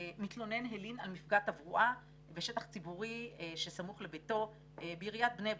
מתלונן הלין על מפגע תברואה בשטח ציבורי שסמוך לביתו בעיריית בני ברק.